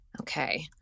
okay